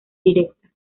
directa